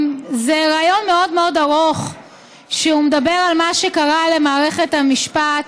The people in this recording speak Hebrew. זה ריאיון מאוד מאוד ארוך שמדבר על מה שקרה למערכת המשפט.